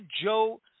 Joe